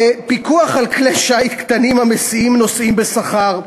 פיקוח על כלי שיט קטנים המסיעים נוסעים בשכר,